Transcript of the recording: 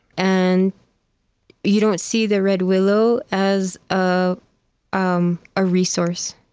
and you don't see the red willow as a um ah resource,